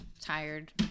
tired